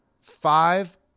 five